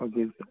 okay sir